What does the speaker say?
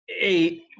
Eight